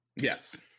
Yes